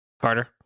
Carter